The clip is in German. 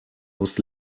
muss